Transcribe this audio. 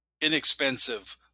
inexpensive